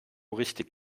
richtig